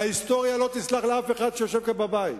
וההיסטוריה לא תסלח לאף אחד שיושב כאן בבית,